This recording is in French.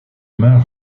main